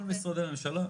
כל משרדי הממשלה,